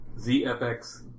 ZFX